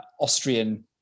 austrian